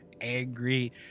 angry